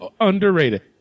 underrated